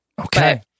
Okay